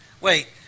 Wait